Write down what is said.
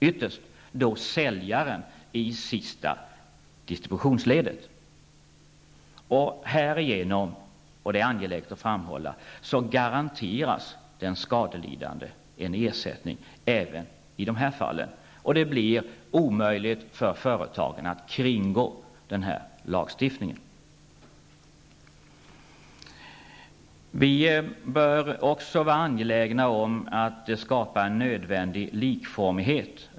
Ytterst blir det då fråga om säljaren i sista distributionsledet. Härigenom -- och det är angeläget att framhålla -- garanteras den skadelidande en ersättning även i dessa fall, och det blir omöjligt för företagen att kringgå denna lagstiftning. Vi bör också vara angelägna om att skapa en nödvändig likformighet.